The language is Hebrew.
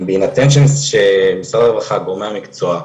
בהינתן שמשרד הרווחה וגורמי המקצוע,